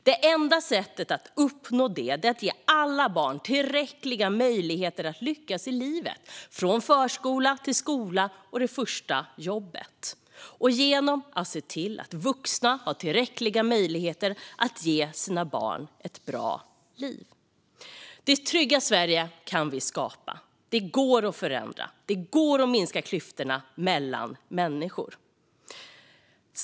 Det enda sättet att uppnå detta är att ge alla barn tillräckliga möjligheter att lyckas i livet, från förskola till skola och det första jobbet, och att se till att alla vuxna har tillräckliga möjligheter att ge sina barn ett bra liv. Det trygga Sverige kan vi skapa. Det går att förändra, och det går att minska klyftorna mellan människor.